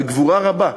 בגבורה רבה.